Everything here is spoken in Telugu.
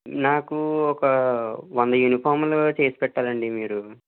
నాకు ఒక వంద యూనిఫార్మ్లు చేసిపెట్టాలండి మీరు